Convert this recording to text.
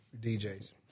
DJs